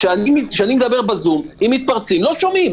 כשאני מדבר בזום, אם מתפרצים לא שומעים.